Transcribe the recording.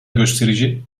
gösterici